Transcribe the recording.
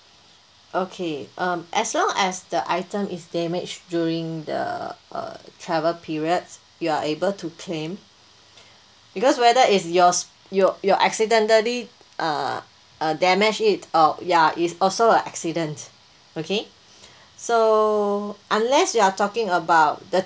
okay um as long as the item is damaged during the uh travel periods you're able to claim because whether is yours your your accidentally uh uh damage it uh ya it's also a accident okay so unless you are talking about the